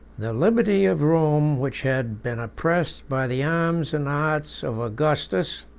the liberty of rome, which had been oppressed by the arms and arts of augustus,